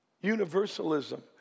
Universalism